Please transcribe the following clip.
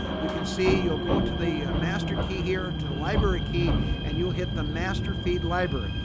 you can see you'll go to the master key here to the library key and you'll hit the master feed library.